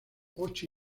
ocho